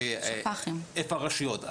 איפה הרשויות,